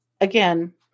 Again